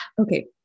okay